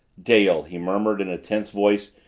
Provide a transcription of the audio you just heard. dale! he murmured in a tense voice.